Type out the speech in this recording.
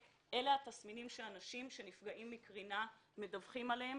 צ'ק אלה התסמינים שאנשים שנפגעים מקרינה מדווחים עליהם,